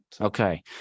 Okay